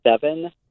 seven